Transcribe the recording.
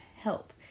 help